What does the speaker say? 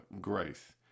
grace